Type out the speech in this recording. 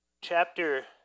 chapter